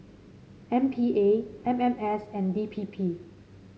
M P A M M S and D P P